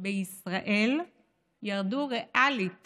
בישראל ירדו ריאלית